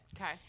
Okay